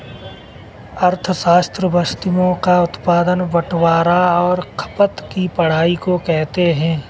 अर्थशास्त्र वस्तुओं का उत्पादन बटवारां और खपत की पढ़ाई को कहते हैं